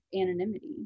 anonymity